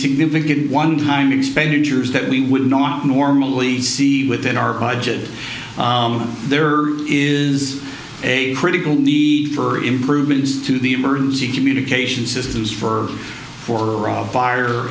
significant one time expenditures that we would not normally see within our budget there is a critical need for improvements to the emergency communications systems for four